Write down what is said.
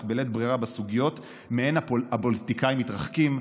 בלית ברירה בסוגיות שמהן הפוליטיקאים מתרחקים.